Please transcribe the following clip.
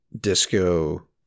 disco